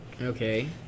Okay